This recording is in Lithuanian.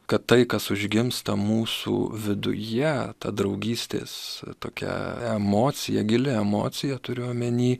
kad tai kas užgimsta mūsų viduje ta draugystės tokia emocija gili emocija turiu omeny